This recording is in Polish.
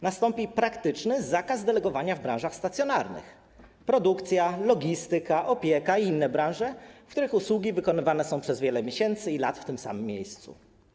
Nastąpi praktyczny zakaz delegowania w branżach stacjonarnych: produkcja, logistyka, opieka i inne branże, w których usługi wykonywane są przez wiele miesięcy i lat w tym samym miejscu.